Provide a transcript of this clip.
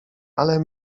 ale